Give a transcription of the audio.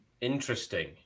interesting